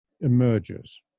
emerges